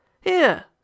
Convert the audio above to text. Here